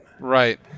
right